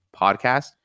podcast